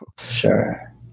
sure